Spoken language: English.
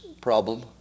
problem